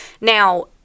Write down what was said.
Now